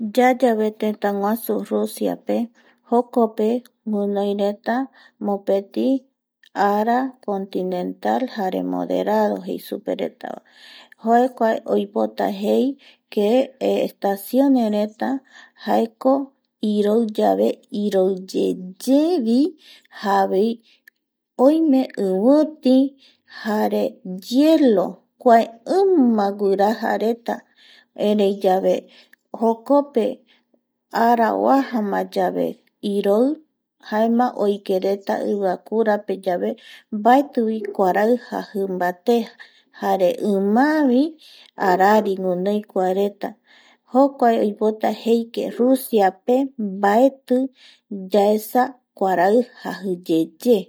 Yayave tëtäguasu Rusia pe jokope guinoireta ara continental jare moderado kuako oipota jei que estaciones reta jaeko iroiyave iroiyeyevi javoi oime iviti jare hielo kua ima guirajareta erei jokpe ara oajama yave iroi jaema oikoreta iviakurapeyave mbaetivi kuarai jakumbaté jare imaavi arari guinoi kuareta jokua oipota jei que Rusiape mbaeti yaesa kuarai jajiyeye